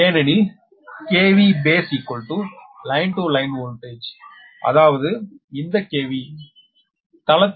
ஏனெனில் kV base line to line voltage அதாவது இந்த kV